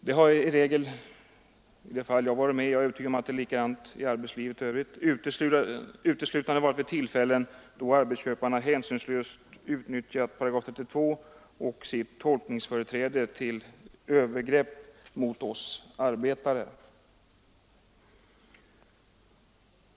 De fall jag har varit med om — och jag är övertygad om att det är likadant i arbetslivet i övrigt — har uteslutande gällt sådana tillfällen då arbetsköparna hänsynslöst utnyttjat 8 32 och sitt tolkningsföreträde till övergrepp mot oss arbetare.